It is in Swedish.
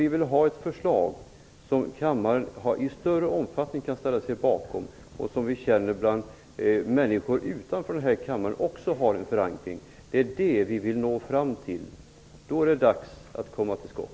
Vi vill ha ett förslag som kammaren i större omfattning kan ställa sig bakom, ett förslag som vi känner har en förankring också bland människor utanför denna kammare. Det är detta vi vill nå fram till. Då är det dags att komma till skott.